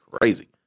crazy